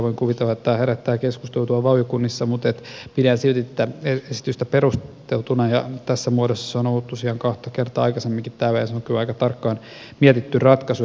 voin kuvitella että tämä herättää keskustelua tuolla valiokunnissa mutta pidän silti tätä esitystä perusteltuna ja tässä muodossa se on ollut tosiaan kaksi kertaa aikaisemminkin täällä ja se on kyllä aika tarkkaan mietitty ratkaisu